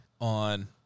On